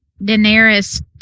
Daenerys